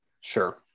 Sure